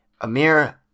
Amir